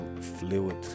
fluid